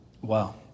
Wow